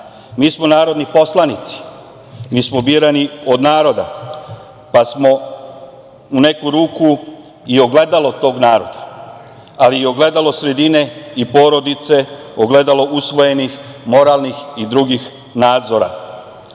Mi smo narodni poslanici, mi smo birani od naroda, pa smo, u neku ruku, i ogledalo toga naroda, ali i ogledalo sredine i porodice, ogledalo usvojenih moralnih i drugih nadzora. Ako